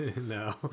No